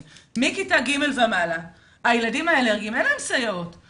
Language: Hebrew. ומכיתה ג' ומעלה אין סייעות לילדים האלרגיים.